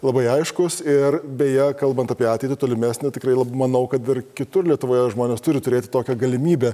labai aiškūs ir beje kalbant apie ateitį tolimesnę tikrai manau kad ir kitur lietuvoje žmonės turi turėti tokią galimybę